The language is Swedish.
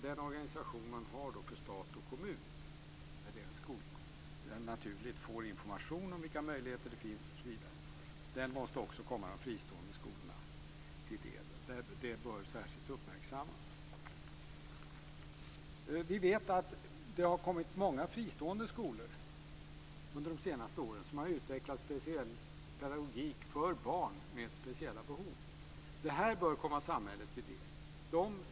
Den organisation man har för stat och kommun där skolorna naturligt får information om vilka möjligheter som finns måste också komma de fristående skolorna till del. Det bör särskilt uppmärksammas. Vi vet att det har kommit många fristående skolor under de senaste åren som har utvecklat speciell pedagogik för barn med speciella behov. Det bör komma samhället till del.